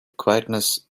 quietness